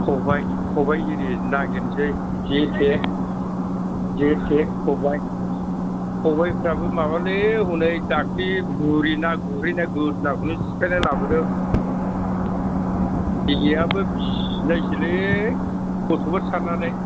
खबाय खबाय एरि नागिरसै जे ते जे ते खबाय खबायफ्राबो माबालै हनै दाख्लि बुरि ना गुरहैनानै गोदनाखौनो सिफायनानै लाबोदों जेयाबो बिसिनायसोलै गथ'फोर सारनानै